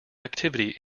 activity